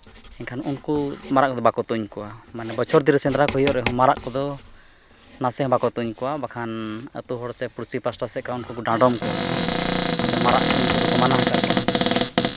ᱮᱱᱠᱷᱟᱱ ᱩᱱᱠᱩ ᱢᱟᱨᱟᱜ ᱠᱚᱫᱚ ᱵᱟᱠᱚ ᱛᱩᱧ ᱠᱚᱣᱟ ᱢᱟᱱᱮ ᱵᱚᱪᱷᱚᱨ ᱫᱤᱱ ᱨᱮ ᱥᱮᱸᱫᱽᱨᱟ ᱠᱚ ᱦᱩᱭᱩᱜ ᱨᱮᱦᱚᱸ ᱢᱟᱨᱟᱜ ᱠᱚᱫᱚ ᱱᱟᱥᱮ ᱦᱚᱸ ᱵᱟᱠᱚ ᱛᱩᱧ ᱠᱚᱣᱟ ᱵᱟᱠᱷᱟᱱ ᱟᱹᱛᱩ ᱦᱚᱲ ᱥᱮ ᱯᱩᱲᱥᱤ ᱯᱟᱥᱴᱟ ᱥᱮᱫ ᱠᱷᱚᱱ ᱩᱱᱠᱩ ᱠᱚ ᱰᱟᱰᱚᱢ ᱠᱚᱣᱟ ᱚᱱᱟᱛᱮ ᱢᱟᱨᱟᱜ ᱛᱩᱧ ᱠᱚᱫᱚ ᱠᱚ ᱢᱟᱱᱟ ᱟᱠᱟᱫ ᱠᱚᱣᱟ